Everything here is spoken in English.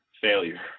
failure